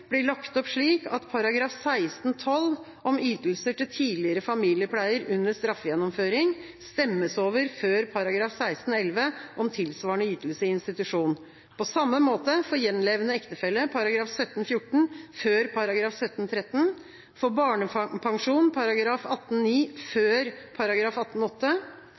blir lagt opp slik at § 16-12, om ytelser til tidligere familiepleier under straffegjennomføring, stemmes over før § 16-11, om tilsvarende ytelse i institusjon, og på samme måte for gjenlevende ektefelle § 17-14 før § 17-13, for barnepensjon § 18-9 før